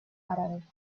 árabe